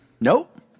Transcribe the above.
Nope